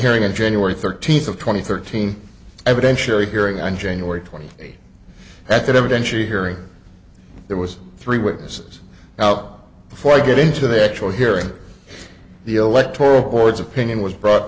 hearing in january thirteenth of twenty thirteen evidentiary hearing on january twenty eighth at that evidentiary hearing there was three witnesses out before i get into the actual hearing the electoral board's opinion was brought